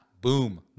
boom